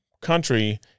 country